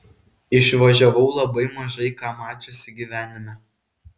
išvažiavau labai mažai ką mačiusi gyvenime